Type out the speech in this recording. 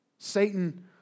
Satan